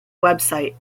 website